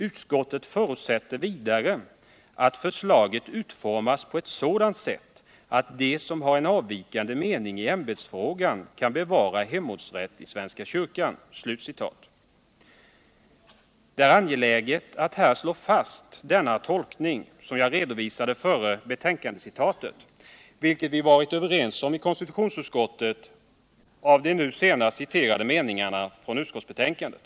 Utskotuet förutsätter vidare att förslaget utformas på ett sådant sätt att de som har en avvikande mening I ämbetsfrågan kan bevara hemortsrätt i svenska kyrkan.” Det är angeliget att här slå fast den tolkning som jag redovisade före betänkandecitatet och som vi varit överens om i konstitutionsutskottet när det gäller de nu senast citerade meningarna från utskottsbetänkandet.